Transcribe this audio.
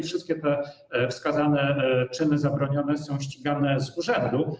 Wszystkie te wskazane czyny zabronione są ścigane z urzędu.